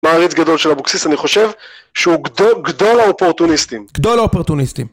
מעריץ גדול של אבוקסיס, אני חושב שהוא גדול האופורטוניסטים. גדול האופורטוניסטים.